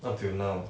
up till now